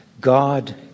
God